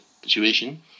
situation